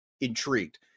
intrigued